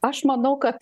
aš manau kad